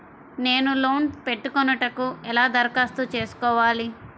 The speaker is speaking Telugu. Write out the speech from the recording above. నేను లోన్ పెట్టుకొనుటకు ఎలా దరఖాస్తు చేసుకోవాలి?